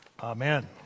Amen